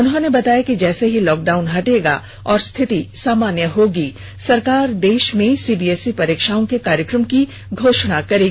उन्होंने बताया कि जैसे ही लॉकडाउन हटेगा और स्थिति सामान्य होगी सरकार देश में सीबीएसई परीक्षाओं के कार्यक्रम की घोषणा करेगी